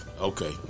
Okay